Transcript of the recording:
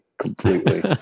completely